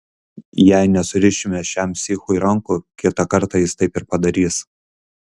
jei nesurišime šiam psichui rankų kitą kartą jis taip ir padarys